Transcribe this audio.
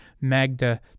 Magda